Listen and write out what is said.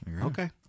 okay